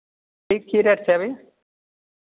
की की रेट छै अभी